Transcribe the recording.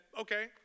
okay